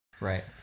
right